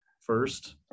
first